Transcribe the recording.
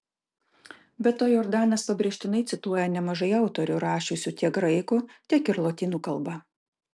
be to jordanas pabrėžtinai cituoja nemažai autorių rašiusių tiek graikų tiek ir lotynų kalba